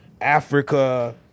Africa